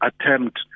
attempt